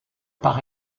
par